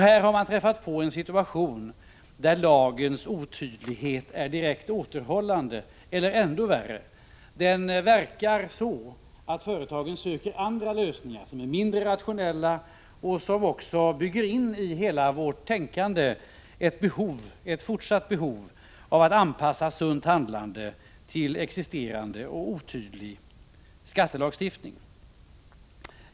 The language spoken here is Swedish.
Här har lagens otydlighet en direkt återhållande effekt eller ännu värre — den gör att företagen söker andra lösningar, som är mindre rationella, och som i hela vårt tänkande bygger in ett fortsatt behov av att anpassa sunt handlande till existerande och otydlig skattelagstiftning.